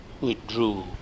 withdrew